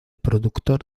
productor